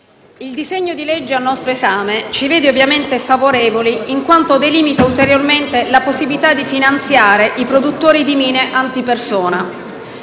il disegno di legge al nostro esame ci vede ovviamente favorevoli in quanto delimita ulteriormente la possibilità di finanziare i produttori di mine antipersona.